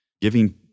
giving